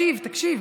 תודה רבה.